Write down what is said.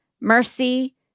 mercy